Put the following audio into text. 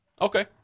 Okay